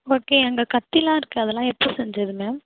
okay அங்கே கத்திலாம் இருக்கே அதெல்லாம் எப்போ செஞ்சது மேம்